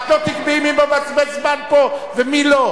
את לא תקבעי מי מבזבז זמן פה ומי לא.